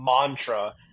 mantra